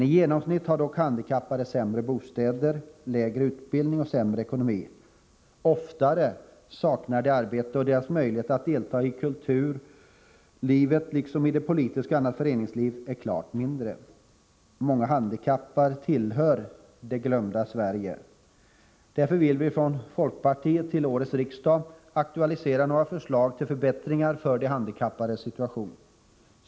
I genomsnitt har dock handikappade sämre bostäder, lägre utbildning och sämre ekonomi än andra. Ofta saknar de arbete, och deras möjlighet att delta i kulturlivet, liksom i det politiska livet och föreningslivet, är klart sämre. Många handikappade tillhör ”det glömda Sverige”. Därför vill vi från folkpartiets sida till årets riksdag aktualisera några förslag till förbättringar av de handikappades situation.